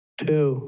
two